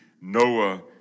Noah